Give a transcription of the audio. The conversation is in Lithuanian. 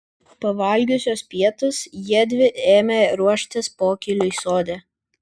pavalgiusios pietus jiedvi ėmė ruoštis pokyliui sode